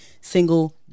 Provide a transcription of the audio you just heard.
single